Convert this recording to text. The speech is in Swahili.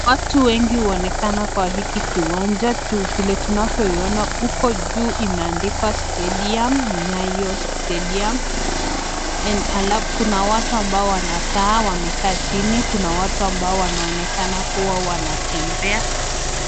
Watu wengi huonekana kwa hiki kiwanja juu vile tunavyoiona huko juu imeandikwa stadium Nyayo stadium and alafu kuna watu ambayo wanakaa, wamekaa chini, kuna watu ambao wanaonekana kuwa wanatembea.